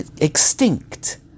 extinct